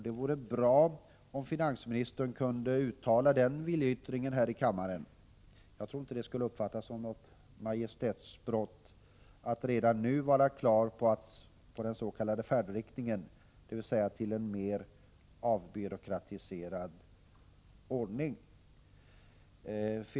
Det vore bra om finansministern kunde redovisa den viljeyttringen här i kammaren. Jag tror 96 inte att det skulle uppfattas som något majestätsbrott att redan nu vara klar över den s.k. färdriktningen, dvs. mot en mer avbyråkratiserad ordning.